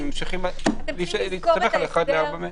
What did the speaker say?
ממשיכים להסתמך על 4:1 מטר.